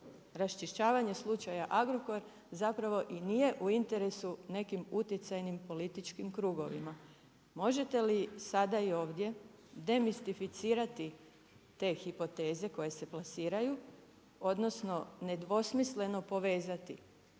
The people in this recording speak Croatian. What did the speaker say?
raščišćavanje slučaja Agrokor, zapravo i nije u interesu nekim utjecajnim političkim krugovima. Možete li sada i ovdje demistificirati te hipoteze, koje se plasiraju, odnosno, nedvosmisleno povezati,